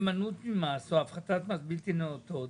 הימנעות ממס או הפחתת מס בלתי נאותות